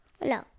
No